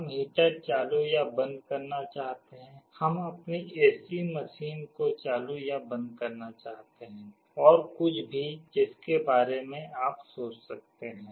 हम हीटर चालू या बंद करना चाहते हैं हम अपनी एसी मशीन को चालू या बंद करना चाहते हैं और कुछ भी जिसके बारे में आप सोच सकते हैं